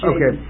Okay